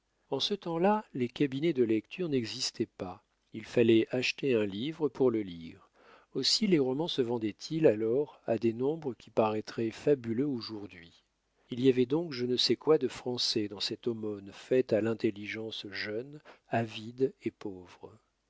en ce temps-là les cabinets de lecture n'existaient pas il fallait acheter un livre pour le lire aussi les romans se vendaient ils alors à des nombres qui paraîtraient fabuleux aujourd'hui il y avait donc je ne sais quoi de français dans cette aumône faite à l'intelligence jeune avide et pauvre